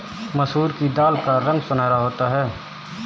मसूर की दाल का रंग सुनहरा होता है